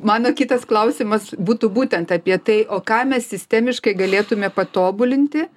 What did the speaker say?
mano kitas klausimas būtų būtent apie tai o ką mes sistemiškai galėtume patobulinti